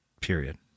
period